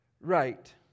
right